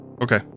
Okay